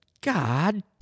God